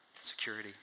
security